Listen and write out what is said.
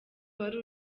wari